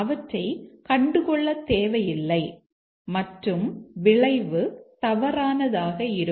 அவற்றை கண்டுகொள்ளத் தேவையில்லை மற்றும் விளைவு தவறானதாக இருக்கும்